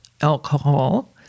alcohol